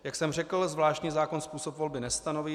Jak jsem řekl, zvláštní zákon způsob volby nestanoví.